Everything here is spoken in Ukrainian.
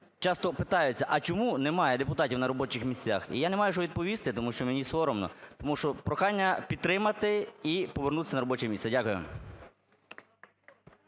часто питаються, а чому немає депутатів на робочих місцях. І я не маю що відповісти, тому що мені соромно. Тому прохання підтримати і повернутися на робоче місце. Дякую.